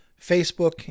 Facebook